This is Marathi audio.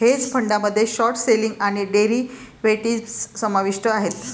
हेज फंडामध्ये शॉर्ट सेलिंग आणि डेरिव्हेटिव्ह्ज समाविष्ट आहेत